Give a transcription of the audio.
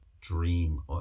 dream